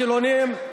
חילונים.